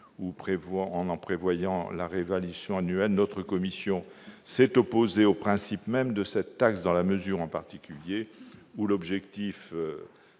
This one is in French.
en en prévoyant la réévaluation annuelle. Notre commission s'est opposée au principe même de cette taxe, en particulier dans la mesure où l'objectif